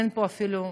אין פה אפילו ספק.